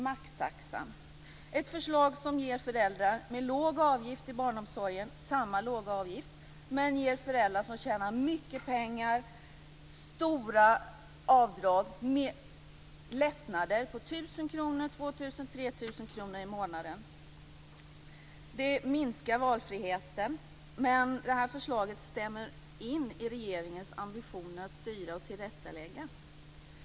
Maxtaxan - ett förslag som ger föräldrar med låg avgift i barnomsorgen samma låga avgift, men ger föräldrar som tjänar mycket pengar stora avdrag med lättnader på 1 000 kr, 2 000 kr, 3 000 kr i månaden. Det minskar valfriheten, men det här förslaget stämmer in i regeringens ambitioner att styra och tillrättalägga.